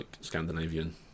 Scandinavian